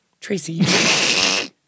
Tracy